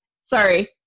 Sorry